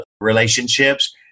relationships